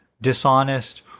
dishonest